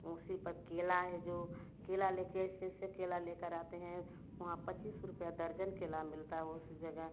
उसी पर केला है जो केला लेके ऐसे ऐसे केला लेकर आते हैं वहाँ पचीस रुपया दर्जन केला मिलता है उस जगह